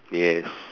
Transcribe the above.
yes